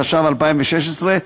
התשע"ו 2016,